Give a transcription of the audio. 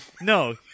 No